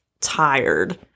tired